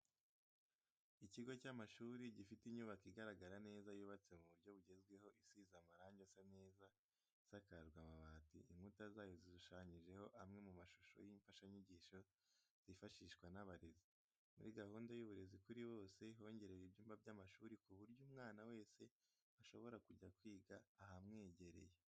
Ikigo cy'amashuri gifite inyubako igaragara neza yubatse mu buryo bugezweho isize amarange asa neza isakajwe amabati, inkuta zayo zishushanyijeho amwe mu mashusho y'imfashanyigisho zifashishwa n'abarezi. Muri gahunda y'uburezi kuri bose hongerewe ibyumba by'amashuri ku buryo umwana wese ashobora kujya kwiga ahamwegereye.